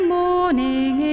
morning